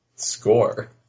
score